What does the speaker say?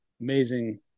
amazing